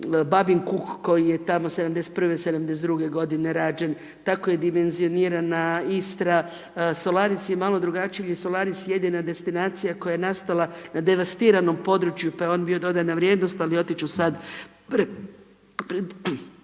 Babin Kuk koji je tamo '71., '72, godine rađen, tako je dimenzionirana Istra, Solaris je malo drugačiji jer je Solaris jedina destinacija koja je nastala na devastiranom području pa je on bio dodana vrijednost ali otići ću sad predaleko